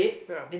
ya